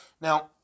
Now